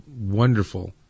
wonderful